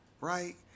right